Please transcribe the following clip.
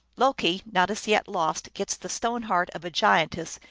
loki, not as yet lost, gets the stone heart of a giantess,